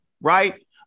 Right